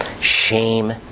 Shame